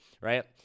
Right